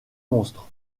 monstres